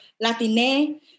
Latine